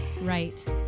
right